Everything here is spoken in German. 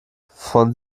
von